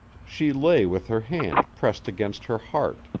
she lay with her hand pressed against her heart,